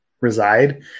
reside